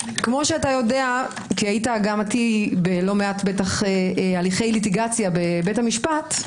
כפי שאתה יודע כי היית איתי בלא מעט הליכי ליטיגציה בבית המשפט,